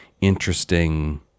interesting